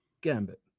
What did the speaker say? Gambit